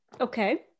Okay